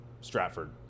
Stratford